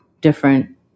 different